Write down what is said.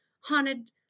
haunted